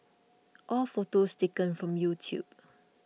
all photos taken from YouTube